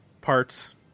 parts